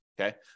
okay